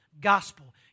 gospel